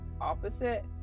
opposite